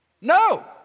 No